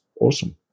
awesome